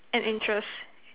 and interest